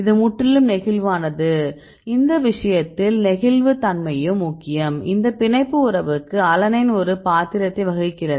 இது முற்றிலும் நெகிழ்வானது இந்த விஷயத்தில் நெகிழ்வுத்தன்மையும் முக்கியம் இந்த பிணைப்பு உறவுக்கு அலனைன் ஒரு பாத்திரத்தை வகிக்கிறது